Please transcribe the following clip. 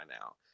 now